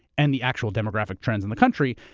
and the actual demographic trends in the country,